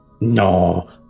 No